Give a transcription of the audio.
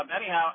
Anyhow